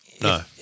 No